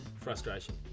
Frustration